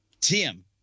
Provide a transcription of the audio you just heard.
Tim